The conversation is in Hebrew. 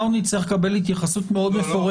כתוב שלאסיר או לעצור או לסנגור צריכה להיות יכולת להיוועץ.